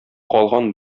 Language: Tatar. калган